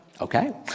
Okay